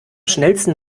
schnellsten